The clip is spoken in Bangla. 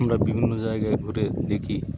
আমরা বিভিন্ন জায়গায় ঘুরে দেখি